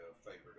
favorite